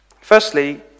Firstly